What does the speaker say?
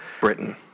Britain